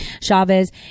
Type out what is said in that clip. Chavez